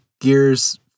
Gears